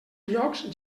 llocs